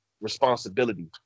responsibility